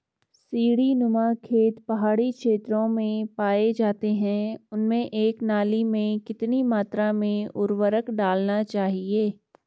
सीड़ी नुमा खेत पहाड़ी क्षेत्रों में पाए जाते हैं उनमें एक नाली में कितनी मात्रा में उर्वरक डालना चाहिए?